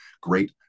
great